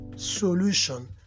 solution